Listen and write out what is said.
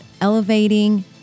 elevating